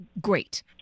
Great